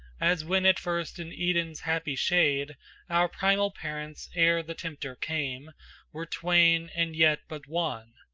as when at first in eden's happy shade our primal parents ere the tempter came were twain, and yet but one,